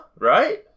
Right